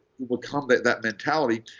will combat that mentality.